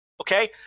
Okay